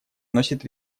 носит